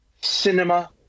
cinema